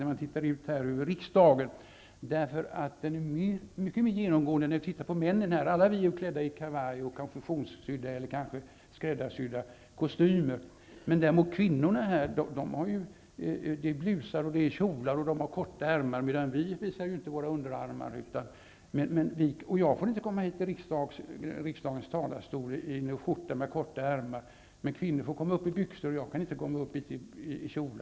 När man tittar ut över kammaren ser man att alla männen här är klädda i kavaj och konfektionssydda eller kanske skräddarsydda kostymer, medan kvinnorna däremot har blusar med korta ärmar och kjolar. Vi visar inte våra underarmar; jag får inte gå upp i kammarens talarstol i skjorta med korta ärmar. Kvinnor får gå upp i byxor, men jag kan inte gå upp i kjol.